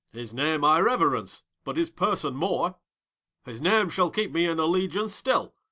his name i reverence, but his person more his name shall keep me in allegiance still,